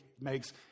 makes